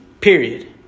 period